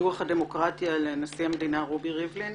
דוח הדמוקרטיה לנשיא המדינה רובי ריבלין,